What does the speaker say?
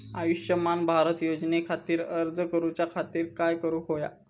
आयुष्यमान भारत योजने खातिर अर्ज करूच्या खातिर काय करुक होया?